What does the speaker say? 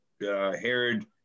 Herod